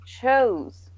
chose